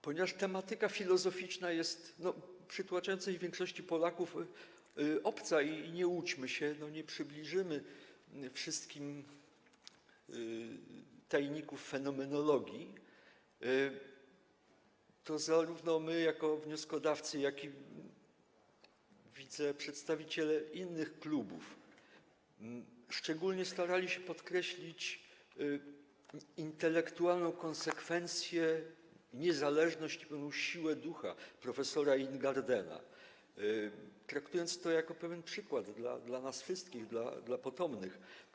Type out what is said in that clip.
Ponieważ tematyka filozoficzna jest przytłaczającej większości Polaków obca i nie łudźmy się, nie przybliżymy wszystkim tajników fenomenologii, to zarówno my jako wnioskodawcy, jak i przedstawiciele innych klubów szczególnie staraliśmy się podkreślić intelektualną konsekwencję, niezależność i siłę ducha prof. Ingardena, traktując je jako pewien przykład dla nas wszystkich, dla potomnych.